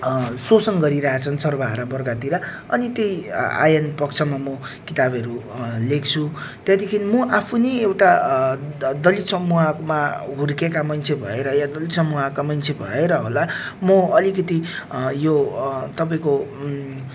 शोषण गरिराछन् सर्वहारावर्गतिर अनि त्यही आयन पक्षमा म किताबहरू लेख्छु त्यहाँदेखि म आफू नै एउटा दलित समूहमा हुर्केका मान्छे भएर या दलित समूहका मान्छे भएर होला म अलिकति यो तपाईँको